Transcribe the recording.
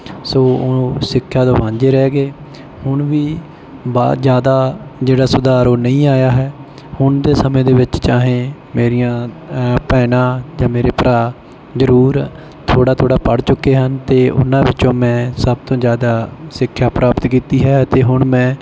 ਸੋ ਉਹ ਸਿੱਖਿਆ ਤੋਂ ਵਾਂਝੇ ਰਹਿ ਗਏ ਹੁਣ ਵੀ ਬਾ ਜ਼ਿਆਦਾ ਜਿਹੜਾ ਸੁਧਾਰ ਉਹ ਨਹੀਂ ਆਇਆ ਹੈ ਹੁਣ ਦੇ ਸਮੇਂ ਦੇ ਵਿੱਚ ਚਾਹੇ ਮੇਰੀਆਂ ਭੈਣਾਂ ਜਾਂ ਮੇਰੇ ਭਰਾ ਜ਼ਰੂਰ ਥੋੜ੍ਹਾ ਥੋੜ੍ਹਾ ਪੜ੍ਹ ਚੁੱਕੇ ਹਨ ਅਤੇ ਉਹਨਾਂ ਵਿੱਚੋਂ ਮੈਂ ਸਭ ਤੋਂ ਜ਼ਿਆਦਾ ਸਿੱਖਿਆ ਪ੍ਰਾਪਤ ਕੀਤੀ ਹੈ ਅਤੇ ਹੁਣ ਮੈਂ